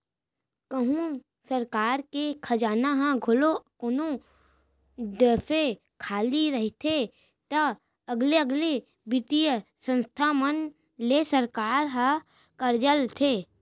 कहूँ सरकार के खजाना ह घलौ कोनो दफे खाली रहिथे ता अलगे अलगे बित्तीय संस्था मन ले सरकार ह करजा लेथे